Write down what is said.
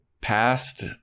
past